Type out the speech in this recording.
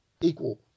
equal